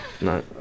No